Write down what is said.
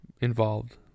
involved